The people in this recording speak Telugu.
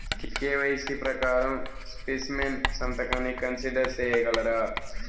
కె.వై.సి ప్రకారం స్పెసిమెన్ సంతకాన్ని కన్సిడర్ సేయగలరా?